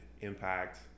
impact